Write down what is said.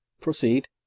proceed